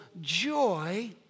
joy